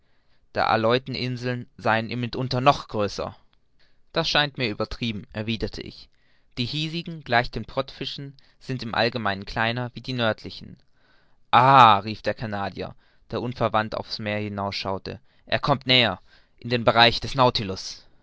umgallick der aleuteninseln seien mitunter noch größer das scheint mir übertrieben erwiderte ich die hiesigen gleich den pottfischen sind im allgemeinen kleiner wie die nördlichen ah rief der canadier der unverwandt auf das meer hin schaute er kommt näher in den bereich des